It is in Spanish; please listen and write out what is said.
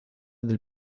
del